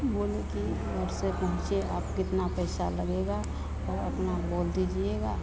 बोले कि घर से पहुँचे अब कितना पैसा लगेगा तो अपना बोल दीजिएगा